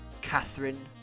Catherine